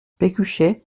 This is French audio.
pécuchet